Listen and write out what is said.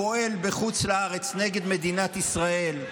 פועל בחוץ לארץ נגד מדינת ישראל,